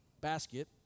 basket